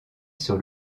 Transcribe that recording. sur